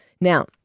Now